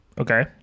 Okay